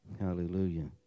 Hallelujah